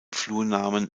flurnamen